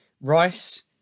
Rice